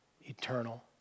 eternal